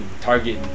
Target